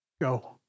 go